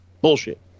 bullshit